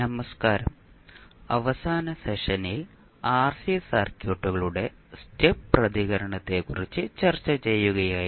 നമസ്കാരം അവസാന സെഷനിൽ ആർസി സർക്യൂട്ടുകളുടെ സ്റ്റെപ്പ് പ്രതികരണത്തെക്കുറിച്ച് ചർച്ച ചെയ്യുകയായിരുന്നു